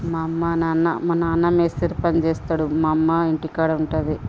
మా అమ్మ నాన్న మా నాన్న మేస్త్రి పని చేస్తాడు మా అమ్మ ఇంటికాడుంటుంది